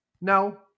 No